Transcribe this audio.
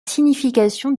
signification